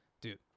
Dude